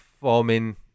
forming